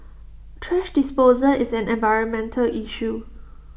thrash disposal is an environmental issue